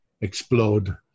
explode